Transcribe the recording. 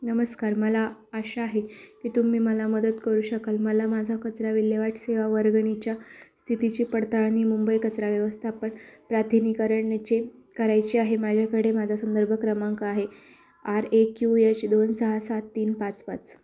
नमस्कार मला आशा आहे की तुम्ही मला मदत करू शकाल मला माझा कचरा विल्हेवाट सेवा वर्गणीच्या स्थितीची पडताळणी मुंबई कचरा व्यवस्थापन प्राथिनीकरणचे करायचे आहे माझ्याकडे माझा संदर्भ क्रमांक आहे आर ए क्यू एच दोन सहा सात तीन पाच पाच